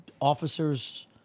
officers